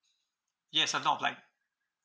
yes I'm not applying